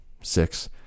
six